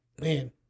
man